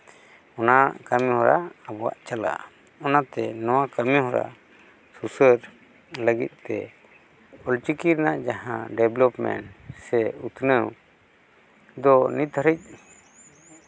ᱚᱱᱟ ᱠᱟᱹᱢᱤᱦᱚᱨᱟ ᱟᱵᱚᱣᱟᱜ ᱪᱟᱞᱟᱜᱼᱟ ᱚᱱᱟᱛᱮ ᱱᱚᱣᱟ ᱠᱟᱹᱢᱤᱦᱚᱨᱟ ᱥᱩᱥᱟᱹᱨ ᱞᱟᱹᱜᱤᱫ ᱛᱮ ᱚᱞᱪᱤᱠᱤ ᱨᱮᱱᱟᱜ ᱡᱟᱦᱟᱸ ᱰᱮᱵᱷᱞᱚᱯᱢᱮᱱᱴ ᱥᱮ ᱩᱛᱱᱟᱹᱣ ᱫᱚ ᱱᱤᱛ ᱦᱟᱹᱨᱤᱡ